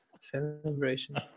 celebration